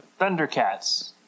Thundercats